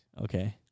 Okay